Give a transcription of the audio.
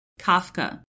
Kafka